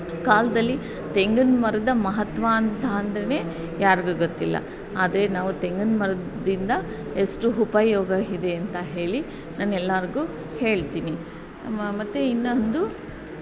ಕಾಲದಲ್ಲಿ ತೆಂಗಿನ ಮರದ ಮಹತ್ವ ಅಂತ ಅಂದ್ರೇನೆ ಯಾರಿಗೂ ಗೊತ್ತಿಲ್ಲ ಅದೇ ನಾವು ತೆಂಗಿನ ಮರದಿಂದ ಎಷ್ಟು ಉಪಯೋಗ ಇದೆ ಅಂತ ಹೇಳಿ ನಾನು ಎಲ್ಲಾರಿಗೂ ಹೇಳ್ತೀನಿ ಮತ್ತು ಇನ್ನೊಂದು